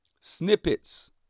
snippets